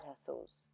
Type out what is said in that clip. hustles